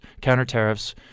counter-tariffs